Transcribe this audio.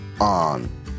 on